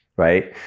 right